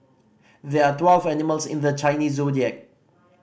there are twelve animals in the Chinese Zodiac